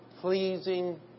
pleasing